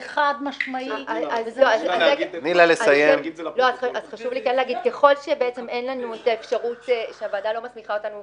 זה חד-משמעי --- אבל חשוב לי להגיד שככל שהוועדה לא מסמיכה אותנו